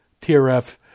TRF